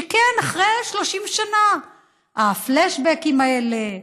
שכן, אחרי 30 שנה הפלאשבקים האלה,